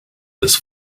this